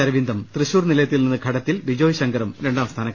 അരവിന്ദും തൃശൂർ നിലയത്തിൽ നിന്ന് ഘടത്തിൽ ബിജായ് ശങ്കറും രണ്ടാം സ്ഥാനക്കാരായി